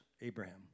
Abraham